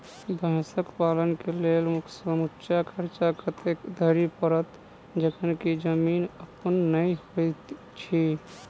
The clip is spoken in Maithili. भैंसक पालन केँ लेल समूचा खर्चा कतेक धरि पड़त? जखन की जमीन अप्पन नै होइत छी